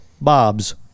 Bob's